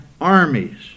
armies